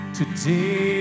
today